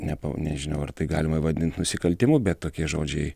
nepa nežinau ar tai galima vadint nusikaltimu bet tokie žodžiai